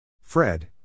Fred